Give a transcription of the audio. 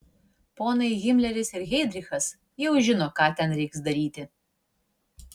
ponai himleris ir heidrichas jau žino ką ten reiks daryti